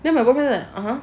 then my boyfriend like (uh huh)